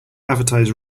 advertise